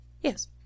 Yes